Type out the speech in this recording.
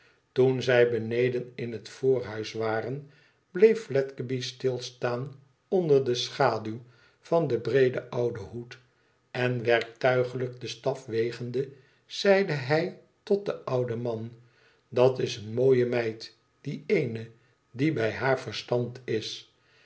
toen zij beneden in het voorhuis waren bleef fledgeby stilstaan onder de schaduw van den breeden ouden hoed en werktuiglijk den staf wegende zeide hij tot den ouden man tdat is eene mooie meid die eene die bij haar verstand is